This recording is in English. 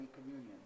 communion